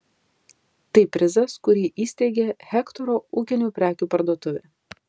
tai prizas kurį įsteigė hektoro ūkinių prekių parduotuvė